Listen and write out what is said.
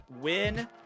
win